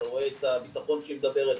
ואת הבטחון שהיא מדברת,